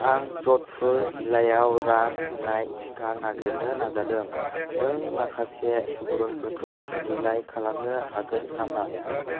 आं जधपुर जिल्लायाव रां होनाय टिका नागिरनो नाजादों नों माखासे सुबुरुनफोरखौ फारिलाइ खालामनो हागोन नामा